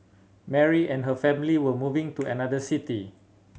Mary and her family were moving to another city